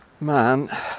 man